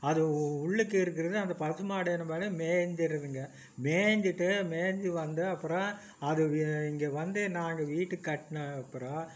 அது உள்ளுக்கு இருக்கிறது அந்த பசு மாடு என்னம்பாடு மேஞ்சுருதுங்க மேஞ்சுட்டு மேஞ்சு வந்து அப்புறம் அது வி இங்கே வந்து நாங்கள் வீட்டுக்கு கட்டின அப்புறம்